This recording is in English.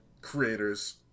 creators